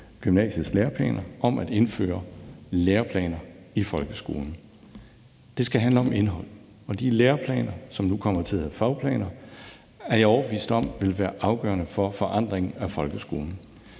gymnasiets læreplaner på at indføre læreplaner i folkeskolen. Det skal handle om indhold, og de læreplaner, som nu kommer til at hedde fagplaner, er jeg overbevist om vil være afgørende for forandringen af folkeskolen.